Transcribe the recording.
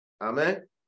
Amen